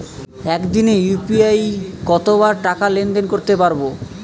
একদিনে ইউ.পি.আই কতবার টাকা লেনদেন করতে পারব?